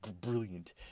brilliant